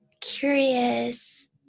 curious